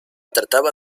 trataba